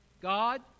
God